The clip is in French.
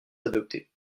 adopter